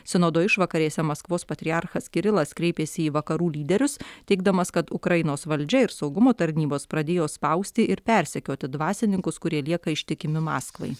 sinodo išvakarėse maskvos patriarchas kirilas kreipėsi į vakarų lyderius teigdamas kad ukrainos valdžia ir saugumo tarnybos pradėjo spausti ir persekioti dvasininkus kurie lieka ištikimi maskvai